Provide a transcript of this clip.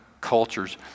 cultures